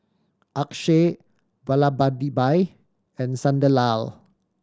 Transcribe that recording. Akshay Vallabhbhai and Sunderlal